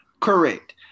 Correct